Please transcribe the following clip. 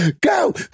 go